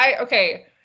okay